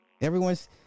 Everyone's